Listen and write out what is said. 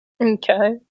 Okay